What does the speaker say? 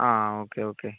ആ okay okay